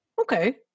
okay